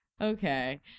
Okay